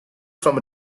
from